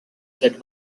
that